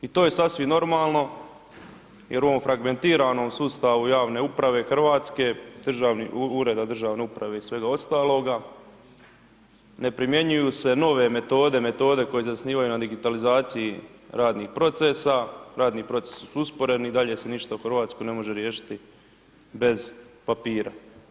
I to je sasvim normalno jer u ovom fragmentiranom sustavu javne uprave Hrvatske ureda državne uprave i svega ostaloga ne primjenjuju se nove metode, metode koje se zasnivaju na digitalizaciji radnih procesa, radni procesi su usporeni, dalje se ništa u RH ne može riješiti bez papira.